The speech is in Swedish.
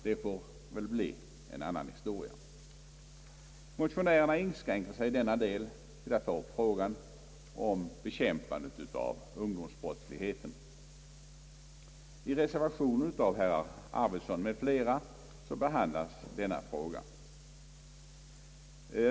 Det blir en annan historia. Motionärerna inskränker sig i denna del till att ta upp frågan om bekämpandet av ungdomsbrottsligheten. I reservationen av herr Arvidson m.fl. behandlas denna fråga.